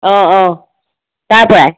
অঁ অঁ তাৰপৰাই